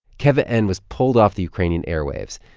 keh-vuh-en was pulled off the ukrainian airwaves.